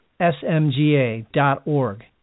smga.org